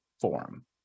Forum